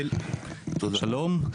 שלום,